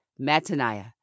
Mataniah